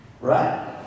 Right